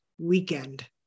weekend